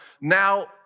now